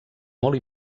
molt